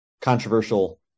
controversial